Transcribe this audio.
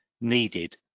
needed